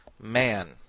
man,